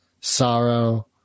sorrow